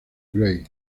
gray